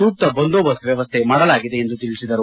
ಸೂಕ್ತ ಬಂದೋಬಸ್ತ್ ವ್ಯವಸ್ಥೆ ಮಾಡಲಾಗಿದೆ ಎಂದು ತಿಳಿಸಿದರು